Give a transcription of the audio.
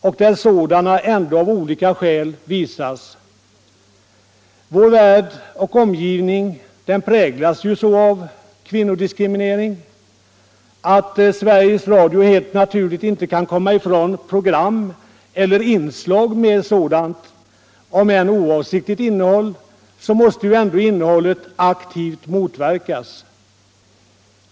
Och där sådana program ändå av olika skäl visas — vår värld och omgivning präglas ju så av kvinnodiskriminering att Sveriges Radio helt naturligt inte kan komma ifrån programinslag med sådan, om än oavsiktlig diskriminering — så måste ändå innehållet i programmen aktivt motverkas.